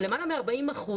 למעלה מ-40%